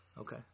Okay